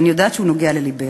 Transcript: ואני יודעת שהוא נוגע ללבך.